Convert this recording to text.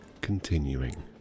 continuing